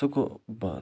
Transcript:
سُہ گوٚو بنٛد